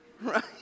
right